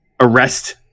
arrest